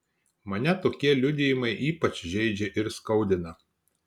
mane tokie liudijimai ypač žeidžia ir skaudina